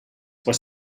was